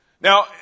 Now